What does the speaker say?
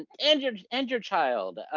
and and your and your child,